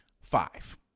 five